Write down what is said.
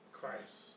Christ